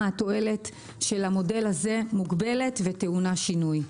התועלת של המודל הזה מוגבלת וטעונה שינוי.